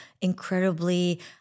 incredibly